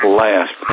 last